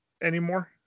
anymore